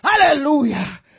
Hallelujah